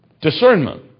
Discernment